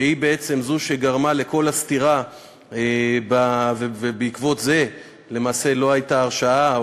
שהיא בעצם זו שגרמה לכל הסתירה ובעקבות זה למעשה לא הייתה הרשעה,